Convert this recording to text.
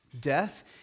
death